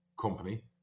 company